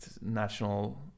national